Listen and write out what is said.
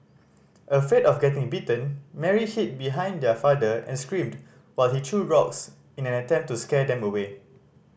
afraid of getting bitten Mary hid behind their father and screamed while he threw rocks in an attempt to scare them away